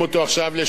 אני אומר לכם,